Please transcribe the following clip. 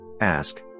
Ask